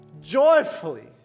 joyfully